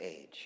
age